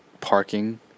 parking